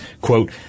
quote